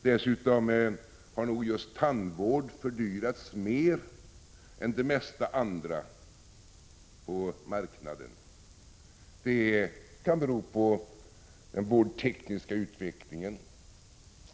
Dessutom har nog just tandvård fördyrats mer än annat på marknaden. Det kan bero på den vårdtekniska utvecklingen.